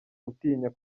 gutinya